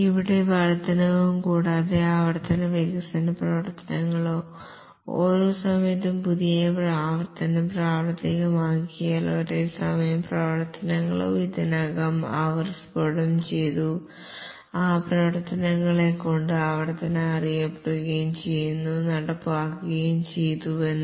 ഇവിടെ വർദ്ധനവും കൂടാതെ ആവർത്തന വികസന പ്രവർത്തനങ്ങളോ ഓരോ സമയത്തും പുതിയ ആവർത്തനം പ്രാവർത്തികമാക്കിയാൽ ഒരേ സമയം പ്രവർത്തനങ്ങളോ ഇതിനകം അവർ സ്ഫുടം ചെയ്തു ആ പ്രവർത്തനങ്ങളോ കൊണ്ട് ആവർത്തന അറിയപ്പെടുകയും ചെയ്യുന്നു നടപ്പാക്കുകയും ചെയ്തു എന്ന്